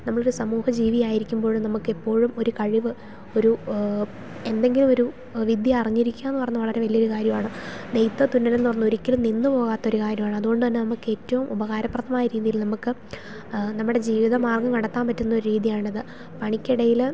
നമ്മൾ ഒരു സമൂഹ ജീവിയായിരിക്കുമ്പോഴും നമുക്ക് എപ്പോഴും ഒരു കഴിവ് ഒരു എന്തെങ്കിലുമൊരു വിദ്യ അറിഞ്ഞിരിക്കുക എന്നു പറയുന്നത് വളരെ വലിയ ഒരു കാര്യമാണ് നെയ്ത്ത് തുന്നലെന്ന് പറഞ്ഞാൽ ഒരിക്കലും നിന്നു പോകാത്ത ഒരു കാര്യമാണ് അതുകൊണ്ട് തന്നെ നമുക്ക് ഏറ്റവും ഉപകാരപ്രദമായ രീതിയിൽ നമുക്ക് നമ്മുടെ ജീവിത മാർഗ്ഗം കണ്ടെത്താൻ പറ്റുന്ന ഒരു രീതിയാണ് അത് പണിക്ക് ഇടയിൽ